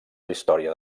història